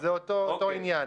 זה אותו עניין.